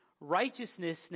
Righteousness